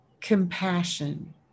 compassion